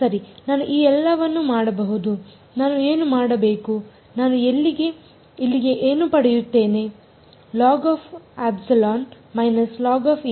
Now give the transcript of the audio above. ಸರಿ ನಾನು ಈ ಎಲ್ಲವನ್ನು ಮಾಡಬಹುದು ನಾನು ಏನು ಮಾಡಬೇಕು ನಾನು ಇಲ್ಲಿಗೆ ಏನು ಪಡೆಯುತ್ತೇನೆ